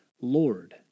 Lord